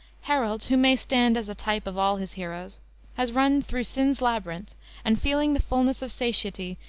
harold who may stand as a type of all his heroes has run through sin's labyrinth and feeling the fullness of satiety,